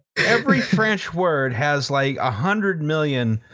every french word has like a hundred million,